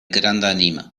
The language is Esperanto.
grandanima